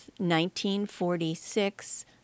1946